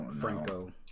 Franco